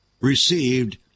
received